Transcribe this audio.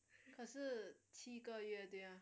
可是七个月对吗